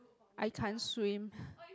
I can't swim